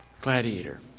Gladiator